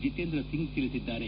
ಜಿತೇಂದ ಸಿಂಗ್ ತಿಳಿಸಿದ್ದಾರೆ